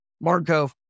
Marco